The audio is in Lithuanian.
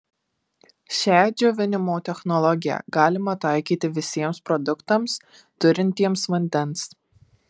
šią džiovinimo technologiją galima taikyti visiems produktams turintiems vandens